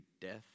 death